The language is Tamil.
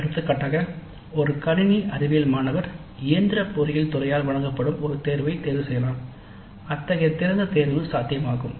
எடுத்துக்காட்டாக ஒரு கணினி அறிவியல் மாணவர் இயந்திர பொறியியல் துறையால் வழங்கப்படும் ஒரு தேர்வைத் தேர்வுசெய்யலாம் அத்தகைய திறந்த தேர்வு சாத்தியமாகும்